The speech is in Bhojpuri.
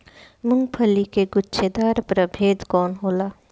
मूँगफली के गुछेदार प्रभेद कौन होला?